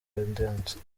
gaudence